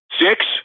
Six